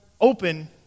open